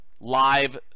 live